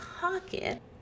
pocket